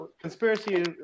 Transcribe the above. conspiracy